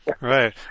Right